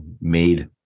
made